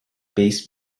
bass